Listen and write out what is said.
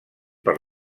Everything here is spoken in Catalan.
per